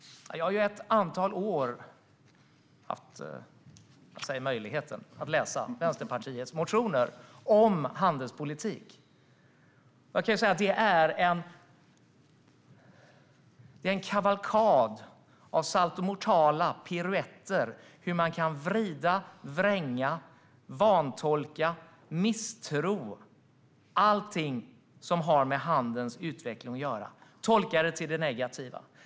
Jag har under ett antal år kunnat läsa Vänsterpartiets motioner om handelspolitik, och jag kan säga att det är en kavalkad av saltomortala piruetter. Man vrider, vränger, vantolkar och misstror allting som har med handelns utveckling att göra och tolkar det till det negativa.